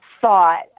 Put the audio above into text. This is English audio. thought